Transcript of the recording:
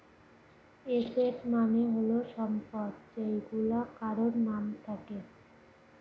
asset মানে হল সম্পদ যেইগুলা কারোর নাম থাকে